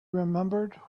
remembered